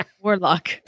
Warlock